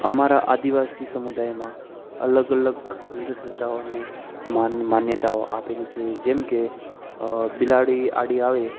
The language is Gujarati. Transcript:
અમારા આદિવાસી સમુદાયમાં અલગ અલગ અંધસ્રદ્ધાઓને માન્યતાઓ આપેલી છે જેમકે બિલાડી આડી આવે